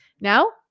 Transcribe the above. Now